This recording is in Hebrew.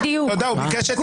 חבר הכנסת סעדה,